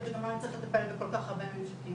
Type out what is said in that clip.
שגם לא נצטרך לטפל בכל כך הרבה ממשקים.